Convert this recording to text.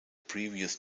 previous